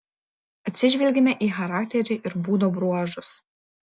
atsižvelgiame į charakterį ir būdo bruožus